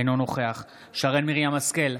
אינו נוכח שרן מרים השכל,